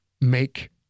make